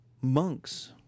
Monks